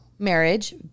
Marriage